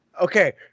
Okay